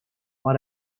why